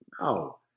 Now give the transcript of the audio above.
No